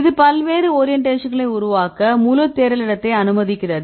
இது பல்வேறு ஓரியண்டேஷன்களை உருவாக்க முழு தேடல் இடத்தையும் அனுமதிக்கிறது